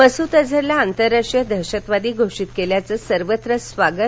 मसूद अझरला आंतरराष्ट्रीय दहशतवादी घोषित केल्याचं सर्वत्र स्वागत